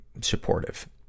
supportive